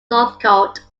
northcote